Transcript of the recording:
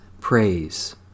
praise